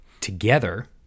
together